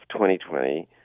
2020